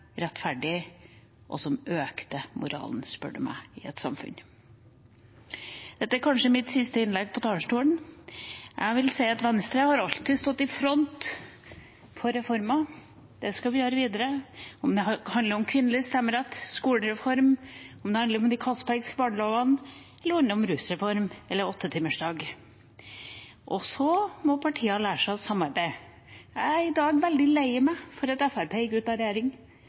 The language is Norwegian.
rettferdig, og som økte moralen i et samfunn, spør du meg. Dette er kanskje mitt siste innlegg på talerstolen. Jeg vil si at Venstre alltid har stått i front for reformer. Det skal vi gjøre videre, enten det handler om kvinnelig stemmerett, skolereform, de Castbergske barnelovene, rusreform eller åttetimersdag. Og så må partiene lære seg å samarbeide. Jeg er i dag veldig lei meg for at Fremskrittspartiet gikk ut av regjering.